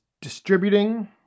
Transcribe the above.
distributing